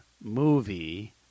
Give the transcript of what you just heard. movie